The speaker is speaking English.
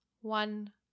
One